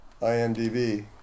IMDb